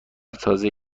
تازه